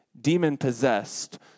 demon-possessed